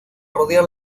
rodear